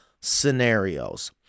scenarios